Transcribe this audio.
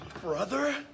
brother